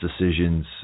decisions